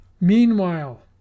Meanwhile